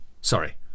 Sorry